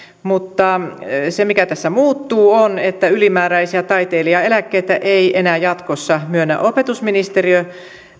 mutta se mikä tässä muuttuu on että ylimääräisiä taiteilijaeläkkeitä ei enää jatkossa myönnä opetusministeriö